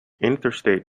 interstate